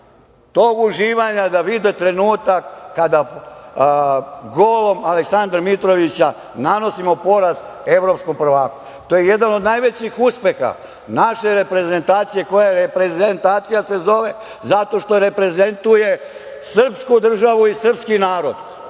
tog uživanja da vide trenutak kada golom Aleksandra Mitrovića nanosimo poraz evropskom prvaku? To je jedan od najvećih uspeha naše reprezentacije. Reprezentacija se zove zato što reprezentuje srpsku državu i srpski narod.